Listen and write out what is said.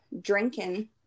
drinking